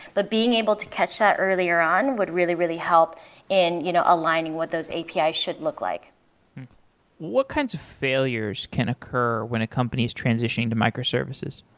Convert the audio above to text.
but being able to catch that earlier on would really really helped in you know aligning what those api should look like what kinds of failures can occur when a company is transition to microservices?